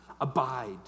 abide